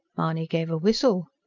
mahony gave a whistle.